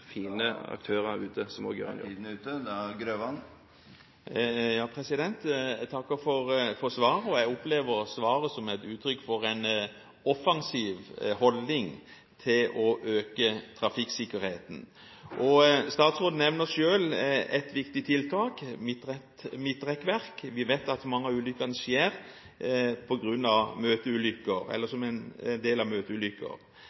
fine aktører ute som også gjør det. Jeg takker for svaret, og jeg opplever svaret som et uttrykk for en offensiv holdning til det å øke trafikksikkerheten. Statsråden nevner selv et viktig tiltak: midtrekkverk – vi vet at mange av ulykkene som skjer er møteulykker eller